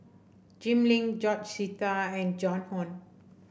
Jim Lim George Sita and Joan Hon